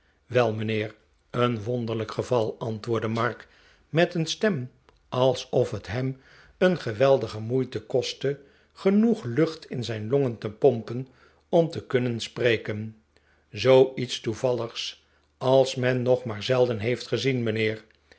wel mijnheer een wonderlijk geval antwoordde mark met een stem alsof het hem een geweldige moeite kostte genoeg lucht in zijn longen te pompen om te kunnen spreken zooiets toevalligs als men nog maar zelden heeft gezien mijnheer